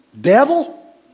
devil